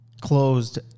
closed